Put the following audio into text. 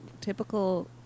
typical